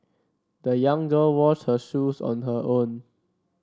the young girl washed her shoes on her own